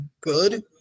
good